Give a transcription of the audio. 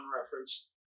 reference